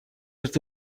ერთ